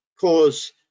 cause